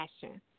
passion